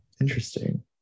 interesting